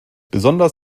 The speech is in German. besonders